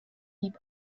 sieb